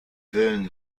willen